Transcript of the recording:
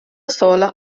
sola